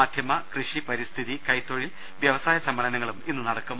മാധ്യമ കൃഷി പരിസ്ഥിതി കൈത്തൊഴിൽ വ്യവസായ സ്മ്മേളനങ്ങളും ഇന്ന് നടക്കും